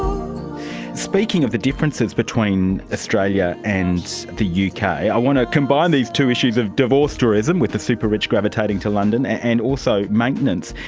speaking of the differences between australia and the yeah uk, i want to combine these two issues of divorce, um with the superrich gravitating to london, and also maintenance.